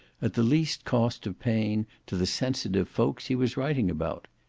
at the least cost of pain to the sensitive folks he was writing about.